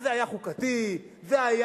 אז זה היה חוקתי, זה היה